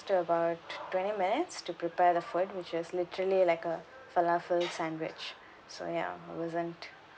to about twenty minutes to prepare the food which is literally like a falafel sandwich so ya I wasn't